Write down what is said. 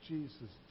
Jesus